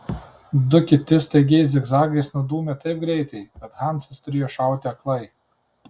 du kiti staigiais zigzagais nudūmė taip greitai kad hansas turėjo šauti aklai